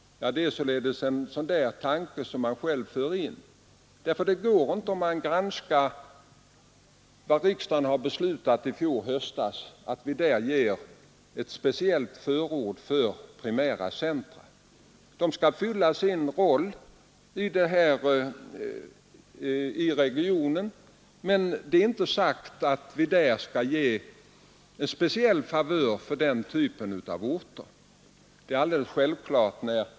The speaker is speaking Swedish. Det är en tanke som man själv för in. Den som granskar riksdagens beslut från i fjol höstas skall finna att det inte ges något speciellt förord för primära centra. De skall fylla sin funktion i regionen, men det är inte sagt att vi skall ge den typen av orter någon speciell favör.